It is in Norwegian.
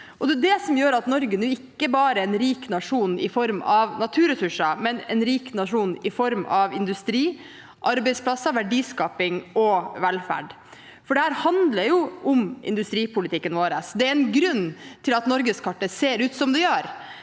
Det er det som gjør at Norge nå ikke bare er en rik nasjon i form av naturressurser, men en rik nasjon i form av industri, arbeidsplasser, verdiskaping og velferd. Dette handler om industripolitikken vår. Det er en grunn til at norgeskartet ser ut som det gjør.